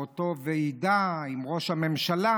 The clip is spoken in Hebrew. באותה ועידה עם ראש הממשלה,